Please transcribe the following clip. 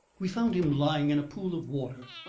we found him lying in a pool of water,